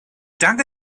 danke